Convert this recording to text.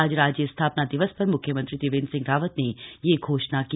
आज राज्य स्थापना दिवस पर म्ख्यमंत्री त्रिवेंद्र सिंह रावत ने यह घोषणा की